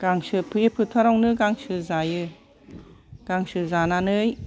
गांसो बे फोथारावनो गांसो जायो गांसो जानानै